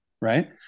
Right